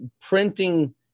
printing